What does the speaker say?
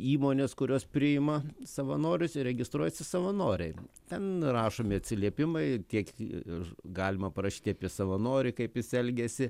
įmonės kurios priima savanorius ir registruojasi savanoriai ten rašomi atsiliepimai tiek ir galima parašyti apie savanorį kaip jis elgiasi